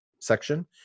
section